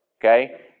okay